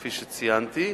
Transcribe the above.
כפי שציינתי,